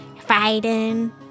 fighting